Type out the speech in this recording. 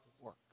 work